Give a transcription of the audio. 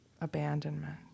abandonment